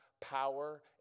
power